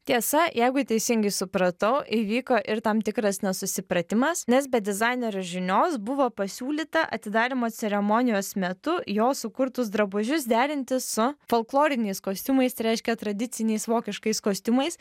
tiesa jeigu teisingai supratau įvyko ir tam tikras nesusipratimas nes be dizainerio žinios buvo pasiūlyta atidarymo ceremonijos metu jo sukurtus drabužius derinti su folkloriniais kostiumais tai reiškia tradiciniais vokiškais kostiumais